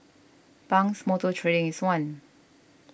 Pang's Motor Trading is one